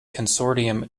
consortium